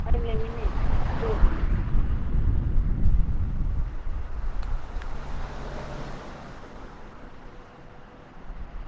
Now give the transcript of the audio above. अगले म्हीनै दी दो तरीक